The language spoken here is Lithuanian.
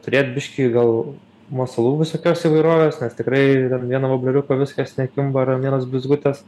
turėt biškį gal masalų visokios įvairovės nes tikrai ant vieno vobleriuko viskas nekimba ir ant vienos blizgutės